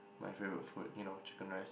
my favourite food you know chicken rice